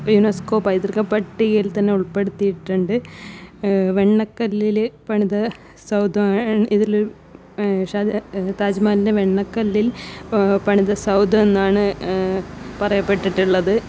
UNESCO പൈതൃക പട്ടികയിൽ തന്നെ ഉൾപ്പെടുത്തിയിട്ടുണ്ട് വെണ്ണക്കല്ലിൽ പണിത സൗധം ഇതിൽ താജ്മഹലിന്റെ വെണ്ണക്കല്ലിൽ പണിത സൗധം എന്നാണ് പറയപ്പെട്ടിട്ടുള്ളത്